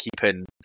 keeping